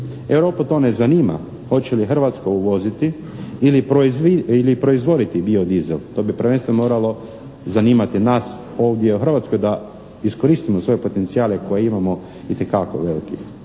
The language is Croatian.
Europu to ne zanima hoće li Hrvatska uvoziti ili proizvoditi bio dizel. To bi prvenstveno moralo zanimati nas ovdje u Hrvatskoj da iskoristimo svoje potencijale koje imamo, itekako velikih.